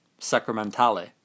sacramentale